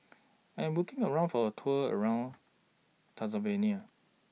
I Am looking For A Tour around Tanzania